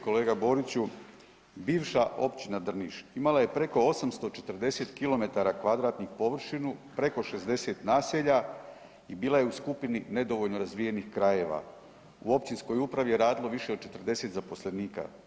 Kolega Boriću, bivša Općina Drniš imala je preko 840 km kvadratnih površinu, preko 60 naselja i bila je u skupini nedovoljno razvijenih krajeva u općinskoj upravi je radilo više od 40 zaposlenika.